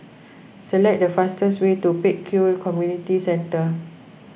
select the fastest way to Pek Kio Community Centre